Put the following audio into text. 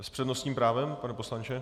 S přednostním právem, pane poslanče?